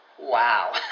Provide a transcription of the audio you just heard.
Wow